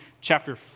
chapter